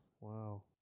Wow